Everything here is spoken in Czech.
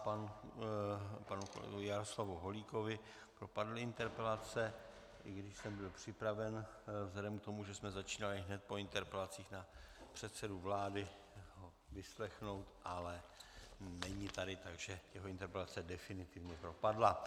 Panu kolegovi Jaroslavu Holíkovi propadly interpelace, i když jsem byl připraven vzhledem k tomu, že jsme začínali hned po interpelacích na předsedu vlády, ho vyslechnout, ale není tady, takže jeho interpelace definitivně propadly.